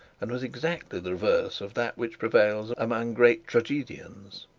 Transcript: and was exactly the reverse of that which prevails among great tragedians.